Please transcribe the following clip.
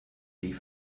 die